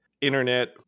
internet